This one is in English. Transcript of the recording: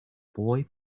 boy